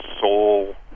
soul